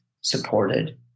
supported